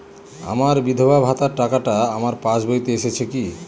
আমার বিধবা ভাতার টাকাটা আমার পাসবইতে এসেছে কি?